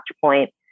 point